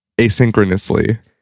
asynchronously